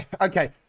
okay